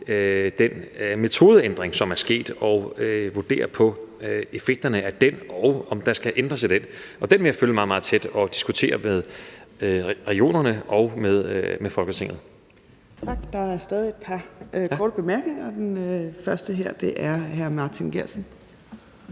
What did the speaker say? den metodeændring, som er sket, og at vurdere effekterne af den, og om der skal ændres i den. Den vil jeg følge meget, meget tæt og diskutere med regionerne og med Folketinget. Kl. 11:35 Fjerde næstformand (Trine Torp): Tak. Der er et par korte